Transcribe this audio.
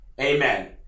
amen